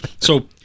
So-